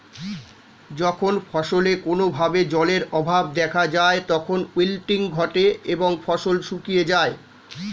যখন ফসলে কোনো ভাবে জলের অভাব দেখা যায় তখন উইল্টিং ঘটে এবং ফসল শুকিয়ে যায়